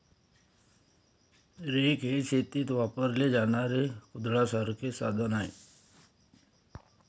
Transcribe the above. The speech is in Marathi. रेक हे शेतीत वापरले जाणारे कुदळासारखे साधन आहे